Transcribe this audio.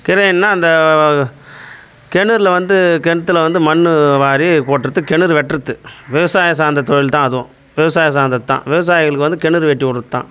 கிரேன்னா அந்த கிணறுல வந்து கிணத்துல வந்து மண்ணு வாரி கொட்டுறத்துக்கு கிணறு வெட்டுறத்து விவசாயம் சார்ந்த தொழில்தான் அதுவும் விவசாயம் சார்ந்தது தான் விவசாயிகளுக்கு வந்து கிணறு வெட்டி விட்றது தான்